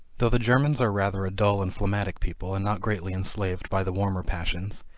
though the germans are rather a dull and phlegmatic people, and not greatly enslaved by the warmer passions,